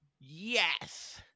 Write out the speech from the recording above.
Yes